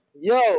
Yo